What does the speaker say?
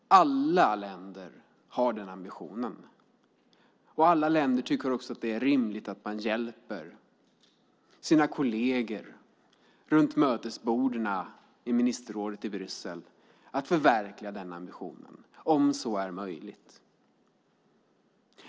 Alla länder har den ambitionen, och alla länder tycker att det är rimligt att hjälpa sina kolleger runt mötesborden i ministerrådet i Bryssel med att förverkliga den ambitionen, om så är möjligt.